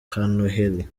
kanoheli